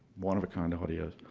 one of a kind of audios.